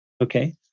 Okay